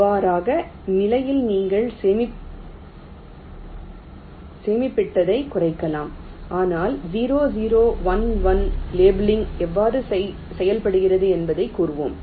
அவ்வாறான நிலையில் நீங்கள் சேமிப்பிடத்தைக் குறைக்கலாம் ஆனால் 0 0 1 1 லேபிளிங் எவ்வாறு செயல்படுகிறது என்பதைக் கூறுவோம்